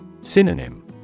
Synonym